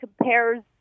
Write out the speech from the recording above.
compares